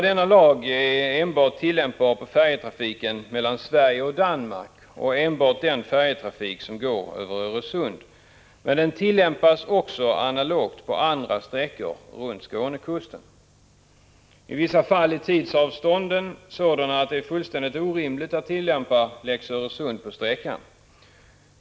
Denna lag är enbart tillämpbar på färjetrafiken mellan Sverige och Danmark och bara den som går över Öresund. Men den tillämpas också analogt på andra sträckor runt Skånekusten. I vissa fall är tidsavstånden sådana att det är fullständigt orimligt att tillämpa lex Öresund på sträckan.